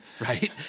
Right